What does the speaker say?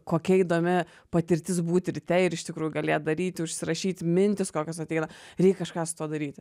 kokia įdomi patirtis būti ryte ir iš tikrų galėt daryti užsirašyti mintis kokios ateina reik kažką su tuo daryti